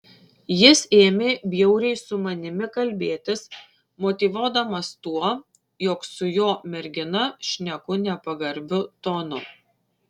jis ėmė bjauriai su manimi kalbėtis motyvuodamas tuo jog su jo mergina šneku nepagarbiu tonu